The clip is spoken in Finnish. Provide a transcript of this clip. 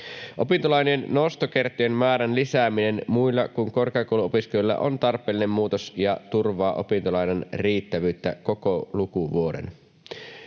Opintolainojen nostokertojen määrän lisääminen muilla kuin korkeakouluopiskelijoilla on tarpeellinen muutos ja turvaa opintolainan riittävyyttä koko lukuvuoden.